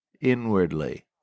inwardly